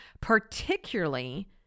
particularly